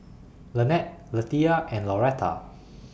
Lanette Lethia and Lauretta